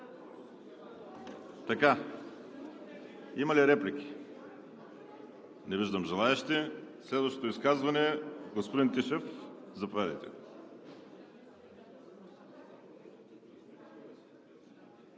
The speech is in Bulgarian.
спра. Има ли реплики? Не виждам желаещи. Следващото изказване – господин Тишев, заповядайте.